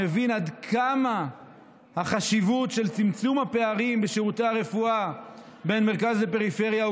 מבין את החשיבות של צמצום הפערים בשירותי הרפואה בין מרכז לפריפריה,